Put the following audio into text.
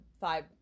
five